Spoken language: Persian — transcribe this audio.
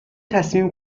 تصمیم